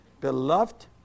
beloved